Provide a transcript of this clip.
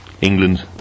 England